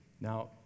Now